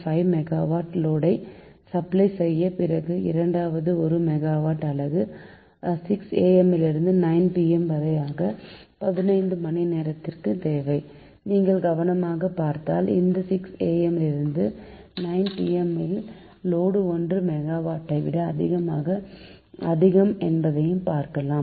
5 megawatt லோடை supply செய்ய பிறகு இரண்டாவது 1 மெகாவாட் அலகு 6 am லிருந்து 9 pm வரையான 15 மணி நேரத்திற்கு தேவை நீங்கள் கவனமாக பார்த்தால் இந்த 6 am லிருந்து 9 pm இல் லோடு 1 மெகாவாட் ஐ விட அதிகம் என்பதை பார்க்கலாம்